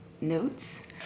notes